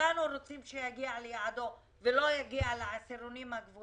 כולנו רוצים שהוא יגיע ליעדו ולא יגיע לעשירונים העליונים.